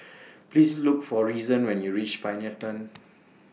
Please Look For Reason when YOU REACH Pioneer Turn